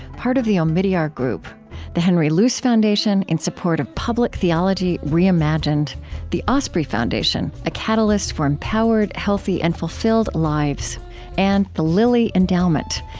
part of the omidyar group the henry luce foundation, in support of public theology reimagined the osprey foundation a catalyst for empowered, healthy, and fulfilled lives and the lilly endowment,